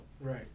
Right